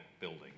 building